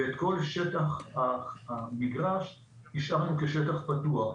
ואת כל שטח המגרש השארנו כשטח פתוח.